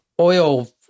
oil